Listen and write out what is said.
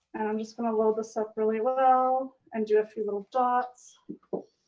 and i'm just gonna load this up really well and do a few little dots.